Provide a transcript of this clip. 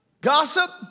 Gossip